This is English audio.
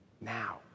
Now